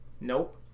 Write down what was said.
Nope